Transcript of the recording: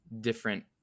different